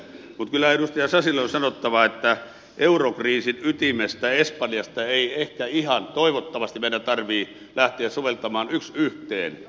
mutta kyllä edustaja sasille on sanottava että eurokriisin ytimestä espanjasta meidän ei ehkä ihan toivottavasti tarvitse lähteä soveltamaan toimia yksi yhteen